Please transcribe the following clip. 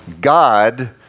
God